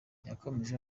yakomeje